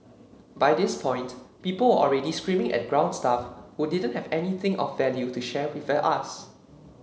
by this point people were already screaming at ground staff who didn't have anything of value to share us